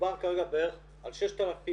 מדובר כרגע בערך על 6,000,